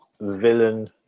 villain